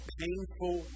painful